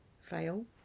fail